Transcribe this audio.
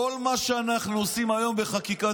כל מה שאנחנו עושים היום בחקיקה,